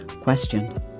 questioned